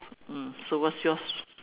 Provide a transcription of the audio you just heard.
mm so what's yours